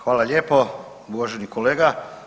Hvala lijepo uvaženi kolega.